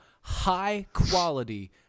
high-quality